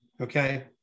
okay